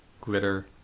glitter